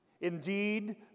Indeed